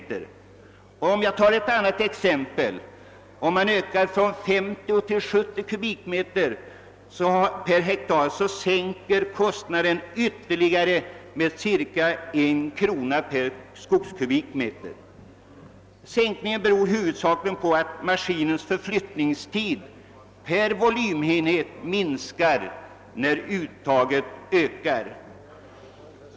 Jag kan ta ett annat exempel: om man ökar uttaget från 50 till 70 m3 sk per hektar, sänks kostnaderna med ytterligare ca 1 krona per m3 sk. Sänkningen beror huvudsakligen på att maskinens förflyttningstid per volymenhet minskar när uttaget ökar.